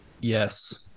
yes